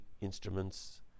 instruments